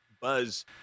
buzz